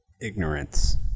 ignorance